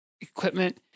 equipment